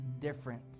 different